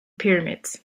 pyramids